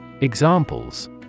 Examples